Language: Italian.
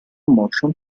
motion